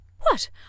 What